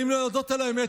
ואם להודות על האמת,